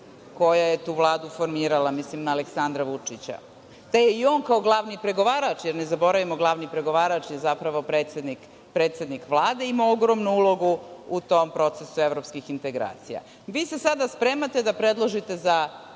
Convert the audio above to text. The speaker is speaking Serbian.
koja je tu Vladu formirala, mislim na Aleksandra Vučića, te i on kao glavni pregovarač, jer ne zaboravimo, glavni pregovarač je zapravo predsednik Vlade, ima ogromnu ulogu u tom procesu evropskih integracija. Vi se sada spremate da predložite za